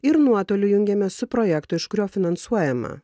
ir nuotoliu jungiamės su projekto iš kurio finansuojama